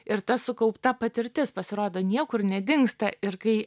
ir ta sukaupta patirtis pasirodo niekur nedingsta ir kai